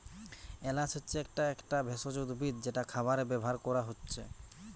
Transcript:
এলাচ হচ্ছে একটা একটা ভেষজ উদ্ভিদ যেটা খাবারে ব্যাভার কোরা হচ্ছে